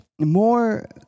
more